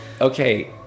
okay